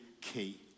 key